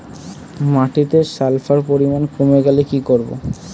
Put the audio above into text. মাটিতে সালফার পরিমাণ কমে গেলে কি করব?